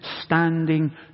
standing